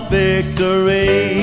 victory